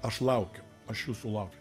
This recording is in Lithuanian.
aš laukiu aš jūsų laukiu